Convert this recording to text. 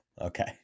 okay